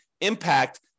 impact